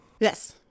Yes